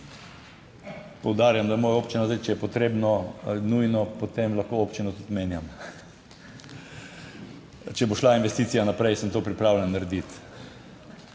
Poudarjam, da je moja občina. Zdaj, če je potrebno nujno, potem lahko občino tudi menjam - če bo šla investicija naprej, sem to pripravljen narediti.